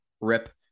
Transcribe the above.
rip